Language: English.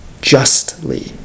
Justly